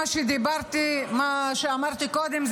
מה שאמרתי קודם,